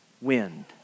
Wind